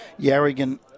Yarrigan